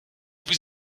vous